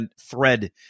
thread